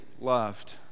loved